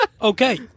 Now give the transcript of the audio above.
Okay